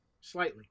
Slightly